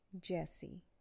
Jesse